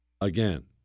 Again